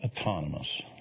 autonomous